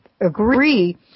agree